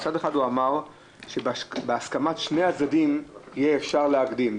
מצד אחד הוא אמר שבהסכמת שני הצדדים יהיה אפשר להקדים.